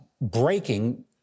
breaking